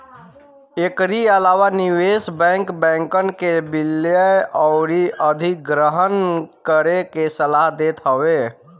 एकरी अलावा निवेश बैंक, बैंकन के विलय अउरी अधिग्रहण करे के सलाह देत हवे